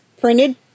Printed